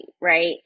right